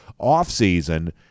offseason